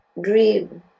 dream